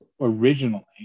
Originally